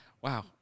Wow